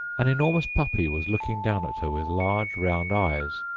an enormous puppy was looking down at her with large round eyes,